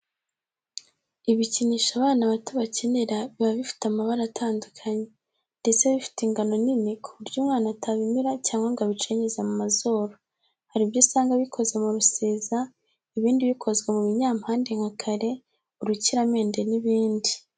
ibikinisho abana bato bakenera biba bifite amabara atandukanye, ndetse bifite ingano nini ku buryo umwana atabimira cyangwa ngo abicengeze mu mazuru. Hari ibyo usanga bikoze mu rusiza ibindi bikozwe mu binyampande nka kare, urukiramende n'ibindi.